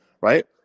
right